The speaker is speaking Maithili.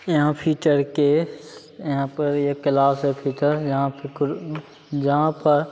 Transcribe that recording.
यहाँ फिटरके यहाँपर कैलाश हइ यहाँपर फिटर जहाँपर